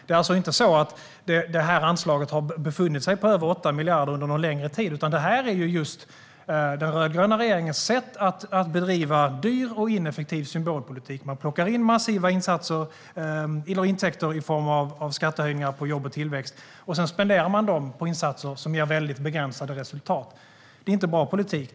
Det är alltså inte så att det här anslaget har legat på över 8 miljarder under någon längre tid, utan det här är den rödgröna regeringens sätt att bedriva dyr och ineffektiv symbolpolitik. Man plockar in massiva intäkter i form av skattehöjningar på jobb och tillväxt, och sedan spenderar man dem på insatser som ger väldigt begränsade resultat. Det är inte bra politik.